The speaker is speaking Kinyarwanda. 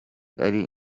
ari